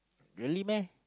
really meh